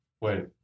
wait